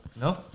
No